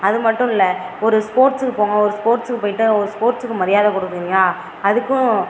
அது மட்டும் இல்லை ஒரு ஸ்போர்ட்ஸ்க்கு போங்க ஒரு ஸ்போர்ட்ஸ்க்கு போயிட்டு ஒரு ஸ்போர்ட்ஸ்க்கு மரியாதை கொடுக்குவிங்க அதுக்கும்